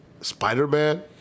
Spider-Man